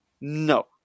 no